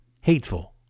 hateful